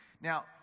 Now